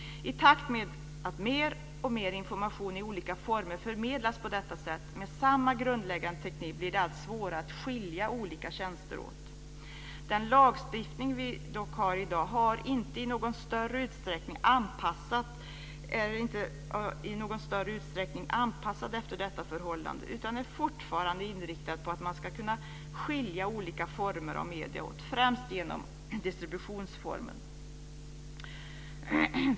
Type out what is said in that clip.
I takt med att mer och mer information i olika former förmedlas på detta sätt, med samma grundläggande teknik, blir det allt svårare att skilja olika tjänster åt. Den lagstiftning vi dock har i dag är inte i någon större utsträckning anpassad efter detta förhållande utan är fortfarande inriktad på att man ska kunna skilja olika former av medier åt främst genom distributionsformen.